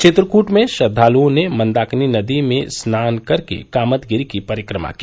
चित्रकृट में श्रद्वाल्ओं ने मंदाकिनी नदी में स्नान कर के कामदगिरि की परिक्रमा की